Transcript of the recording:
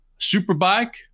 Superbike